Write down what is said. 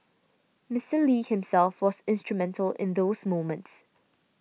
Mister Lee himself was instrumental in those moments